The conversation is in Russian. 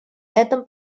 этом